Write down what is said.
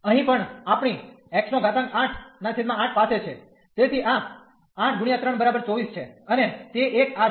અહીં પણ આપણી x 8 8 પાસે છે તેથી આ8×324 છે અને તે એક આ છે